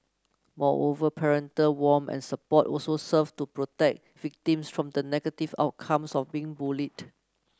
moreover parental warm and support also serve to protect victims from the negative outcomes of being bullied